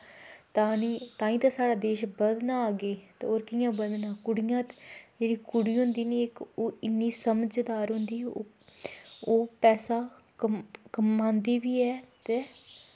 तां ई साढ़ा देश बधना अग्गें ते होर कि'यां बधना कुड़ियां जेह्ड़ी कुड़ी होंदी नी इक ओह् इन्नी समझदार होंदी ओह् पैसा कमांदी बी ऐ ते